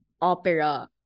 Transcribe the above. opera